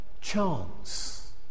chance